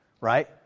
Right